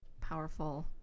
powerful